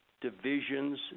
divisions